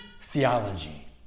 theology